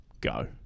go